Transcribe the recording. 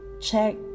check